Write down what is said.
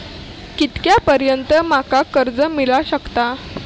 कितक्या पर्यंत माका कर्ज मिला शकता?